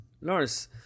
Lars